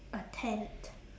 a tent